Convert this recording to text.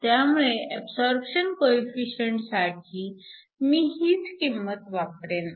त्यामुळे ऍबसॉरप्शन कोइफिसिएंटसाठी मी हीच किंमत वापरेन